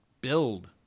build